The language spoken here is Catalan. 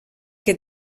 que